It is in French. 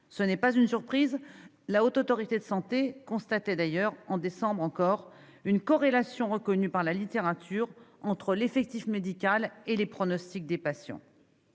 du reste pas une surprise. La Haute Autorité de santé constatait en décembre une corrélation reconnue par la littérature entre l'effectif médical et le pronostic des patients.